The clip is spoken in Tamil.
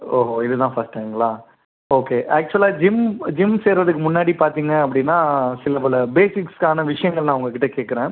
ஓஹோ இது தான் ஃபர்ஸ்ட் டைம்ங்களா ஓகே ஆக்சுவலா ஜிம் ஜிம் சேர்றதுக்கு முன்னாடி பார்த்தீங்க அப்படினா சிலபல பேஸிக்ஸ்கான விஷயங்கள் நான் உங்கள்கிட்ட கேட்குறேன்